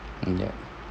mm ya